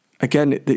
again